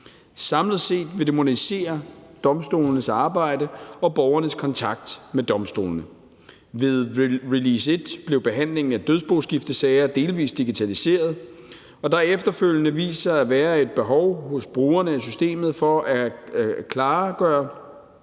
Samlet set vil det modernisere domstolenes arbejde og borgernes kontakt med domstolene. Ved release 1 blev behandlingen af dødsboskiftesager delvis digitaliseret, og der har efterfølgende vist sig at være et behov hos brugerne af systemet for klare